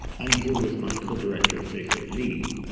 i'm here with my co-director, fei-fei li,